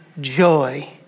joy